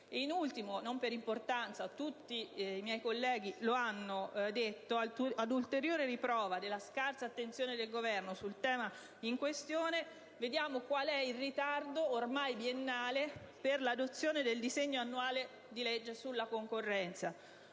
In ultimo, ma non per importanza, come tutti i miei colleghi hanno detto, a ulteriore riprova della scarsa attenzione del Governo sul tema in questione, vediamo qual è il ritardo ormai biennale per l'adozione del disegno di legge annuale sulla concorrenza.